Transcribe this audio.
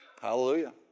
Hallelujah